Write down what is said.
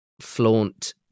flaunt